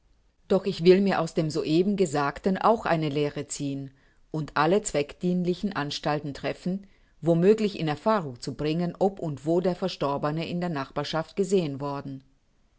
doch ich will mir aus dem so eben gesagten auch eine lehre ziehen und alle zweckdienlichen anstalten treffen wo möglich in erfahrung zu bringen ob und wo der verstorbene in der nachbarschaft gesehen worden